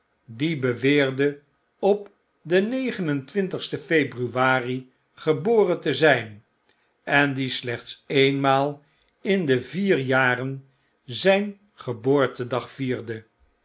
die beweerde op den negen en twintigsten februari geboren te zijn en die slechts eenmaal overdrukken in de vier jaren zyn geboortedag vierde